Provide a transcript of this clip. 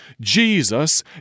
Jesus